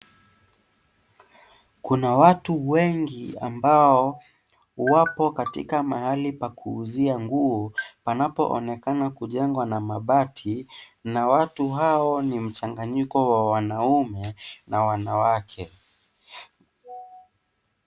Kuna watu wengi ambao wapo katika mahali pa kuuzia nguo panapoonekana kujengwa na mabati na watu hao ni mchanganyiko wa wanaume na wanawake.